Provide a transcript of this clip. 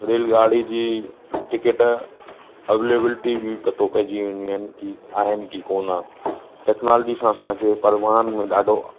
रेलगाड़ी जी ticket availability बी पतो पइजी वेंदियूं आहिनि की आहिनि की कोन्ह टेक्नोलजी सां असांखे परिवहन में ॾाढो